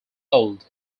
old